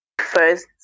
first